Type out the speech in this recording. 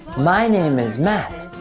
my name is matt.